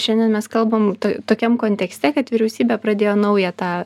šiandien mes kalbam tokiam kontekste kad vyriausybė pradėjo naują tą